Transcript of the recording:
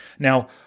Now